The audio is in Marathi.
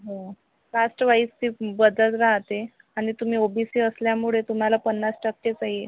हो कास्ट वाईज फी बदल राहते आणि तुम्ही ओ बी सी असल्यामुळे तुम्हाला पन्नास टक्केच आहे